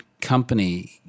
company